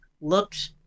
looked